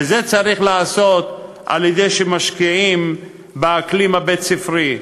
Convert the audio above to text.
ואת זה צריך לעשות על-ידי השקעה באקלים הבית-ספרי,